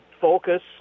focus